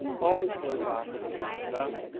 all this lay back of the fact that,